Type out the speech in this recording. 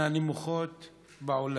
מהנמוכות בעולם,